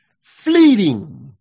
fleeting